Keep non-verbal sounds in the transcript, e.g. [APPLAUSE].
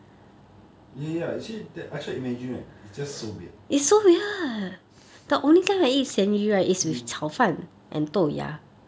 ya ya ya actually I tried imagine right it's just so weird [NOISE] mm